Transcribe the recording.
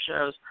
shows